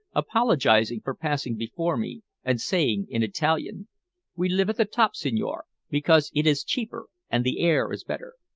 apologizing for passing before me, and saying in italian we live at the top, signore, because it is cheaper and the air is better.